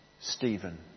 Stephen